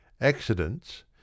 Accidents